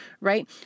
right